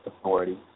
authority